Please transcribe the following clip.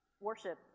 worship